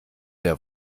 der